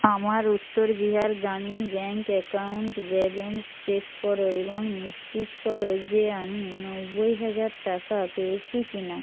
আমার Uttar Bihar Gramin bank account balance check করো এবং নিশ্চিত করো যে আমি নব্বই হাজার টাকা পেয়েছি কি না